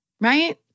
Right